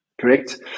Correct